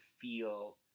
feel